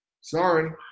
sorry